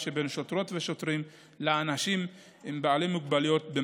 שבין שוטרות ושוטרים לאנשים בעלי מוגבלויות.